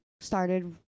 started